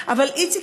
אבל איציק,